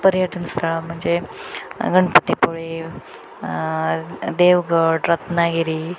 पर्यटन स्थळं म्हणजे गणपतीपुळे देवगड रत्नागिरी